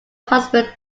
husband